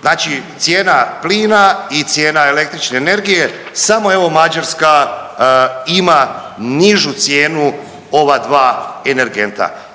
Znači cijena plina i cijena električne energije samo evo Mađarska ima nižu cijenu ova dva energenta.